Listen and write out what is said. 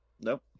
Nope